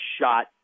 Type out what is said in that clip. shot